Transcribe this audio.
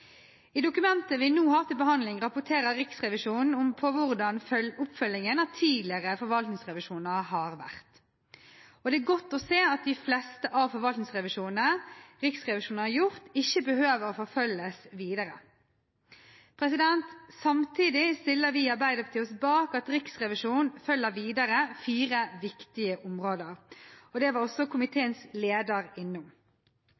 I dokumentet vi nå har til behandling, rapporterer Riksrevisjonen på hvordan oppfølgingen av tidligere forvaltningsrevisjoner har vært, og det er godt å se at de fleste av forvaltningsrevisjonene Riksrevisjonen har gjort, ikke behøver å forfølges videre. Samtidig stiller vi i Arbeiderpartiet oss bak at Riksrevisjonen følger videre fire viktige områder, noe også komiteens leder var